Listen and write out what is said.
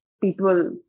people